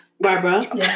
Barbara